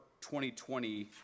2020